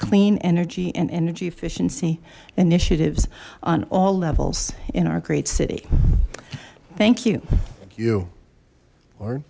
clean energy and energy efficiency initiatives on all levels in our great city thank you you